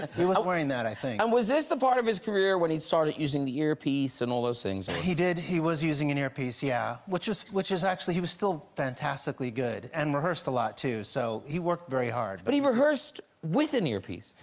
he was wearing that, i think. and was this the part of his career when he started using the earpiece and all those things? and he did. he was using an earpiece, yeah. which was which was actually. he was still fantastically good and rehearsed a lot, too, so he worked very hard. but he rehearsed with an earpiece?